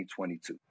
2022